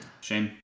Shame